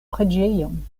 preĝejon